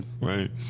right